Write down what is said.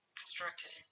constructed